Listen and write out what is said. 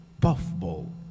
puffball